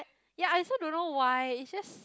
ya I also don't know why it's just